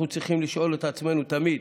אנחנו צריכים לשאול את עצמנו תמיד